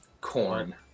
Corn